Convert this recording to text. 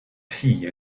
tea